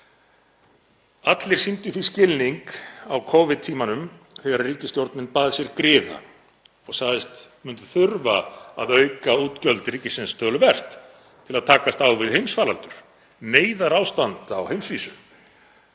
Allir sýndu því skilning á Covid-tímanum þegar ríkisstjórnin bað sér griða og sagðist myndu þurfa að auka útgjöld ríkisins töluvert til að takast á við heimsfaraldur, neyðarástand á heimsvísu,